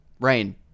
Rain